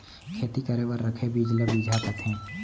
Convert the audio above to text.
खेती करे बर रखे बीज ल बिजहा कथें